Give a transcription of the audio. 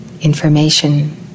information